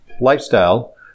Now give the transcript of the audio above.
lifestyle